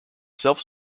self